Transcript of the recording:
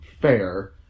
fair